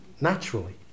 naturally